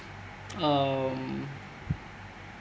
um